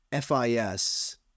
FIS